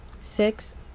Six